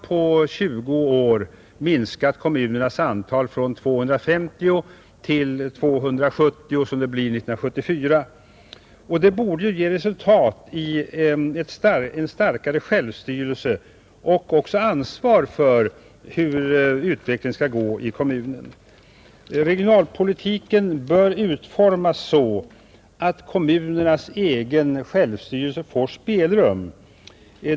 På 20 år har kommunernas antal minskat från 2 500 till 270, som det blir 1974. Det borde ge resultat i en starkare självstyrelse och också ansvar för hur utvecklingen skall gå i kommunerna. Regionalpolitiken bör utformas så att kommunernas självstyrelse får spelrum.